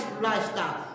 lifestyle